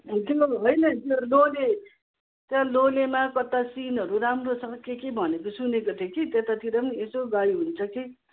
त्यो होइन त्यो लोले त्यहाँ लोलेमा कता सिनहरू राम्रो छ के के भनेको सुनेको थिएँ कि त्यतातिर पनि यसो गई हुन्छ कि